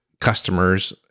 customers